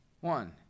One